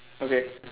okay